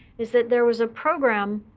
is that there was a program